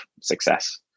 success